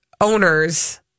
owners